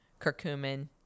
curcumin